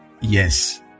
Yes